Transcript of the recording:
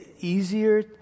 easier